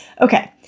Okay